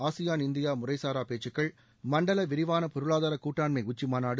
ஆசியாள் India முறைசாரா பேச்சுக்கள் மண்டல விரிவான பொருளாதார கூட்டாண்மை உச்சிமாநாடு